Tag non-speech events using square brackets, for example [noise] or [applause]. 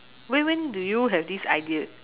when when do you have this idea [laughs]